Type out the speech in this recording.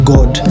God